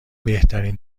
بهترین